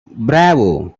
bravo